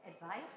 advice